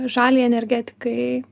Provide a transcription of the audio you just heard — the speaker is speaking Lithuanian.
žaliai energetikai